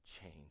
change